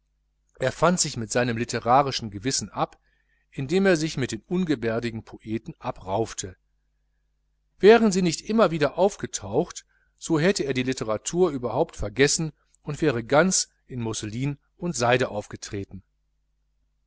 er fand sich mit seinem literarischen gewissen ab indem er sich mit den ungebärdigen poeten abraufte wären sie nicht immer wieder aufgetaucht so hätte er die literatur überhaupt vergessen und wäre ganz in mußlin und seide aufgegangen